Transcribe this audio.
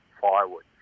firewood